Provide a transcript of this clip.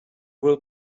will